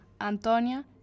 Antonia